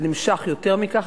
זה נמשך יותר מכך,